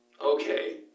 okay